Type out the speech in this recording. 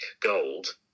gold